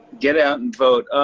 get out and vote.